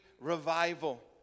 Revival